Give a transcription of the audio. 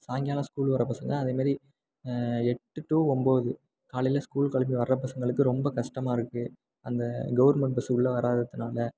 சாயங்காலம் ஸ்கூல் வர்ற பசங்கள் அதேமாதிரி எட்டு டு ஒம்பது காலையில் ஸ்கூலுக்கு கிளம்பி வர்ற பசங்களுக்கு ரொம்ப கஷ்டமா இருக்குது அந்த கவர்மெண்ட் பஸ்சு உள்ளே வராததுனால்